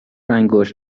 انگشت